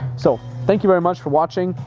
so thank you very much for watching.